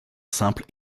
simple